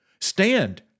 Stand